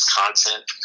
content